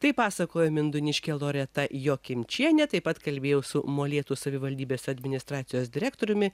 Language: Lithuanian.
taip pasakojo mindūniškė loreta jokimčienė taip pat kalbėjau su molėtų savivaldybės administracijos direktoriumi